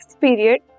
period